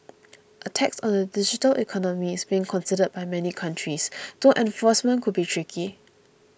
a tax on the digital economy is being considered by many countries though enforcement could be tricky